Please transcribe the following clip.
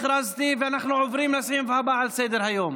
ואנחנו עוברים לסעיף הבא על סדר-היום.